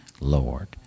Lord